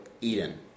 Eden